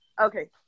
Okay